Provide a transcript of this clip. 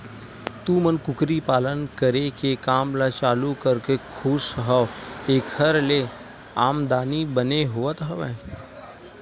तुमन कुकरी पालन करे के काम ल चालू करके खुस हव ऐखर ले आमदानी बने होवत हवय?